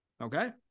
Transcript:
Okay